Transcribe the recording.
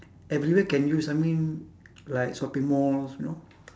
everywhere can use I mean like shopping malls you know